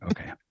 Okay